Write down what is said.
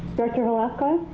director velasquez?